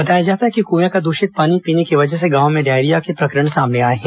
बताया जाता है कि कि कुएं का दूषित पानी पीने की वजह से गांव में डायरिया के प्रकरण सामने आए हैं